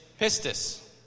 pistis